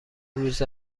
روز